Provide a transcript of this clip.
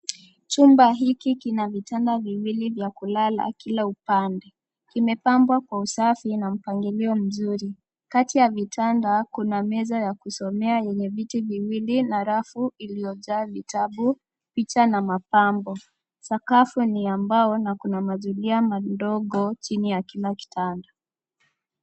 Chumba hiki kina vitanda viwili vya kulala kila upande. Kimepambwa kwa usafi na mpangilio mzuri. Kati ya vitanda, kuna meza ya kusomea yenye vitu viwili na rafu iliyo na vitabu, picha na mapambo. Sakafu ni ya mbao na kuna mazulia madogo chini ya kila kitanda.